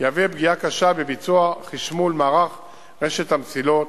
תהווה פגיעה קשה בביצוע חשמול מערך רשת המסילות,